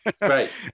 Right